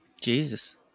jesus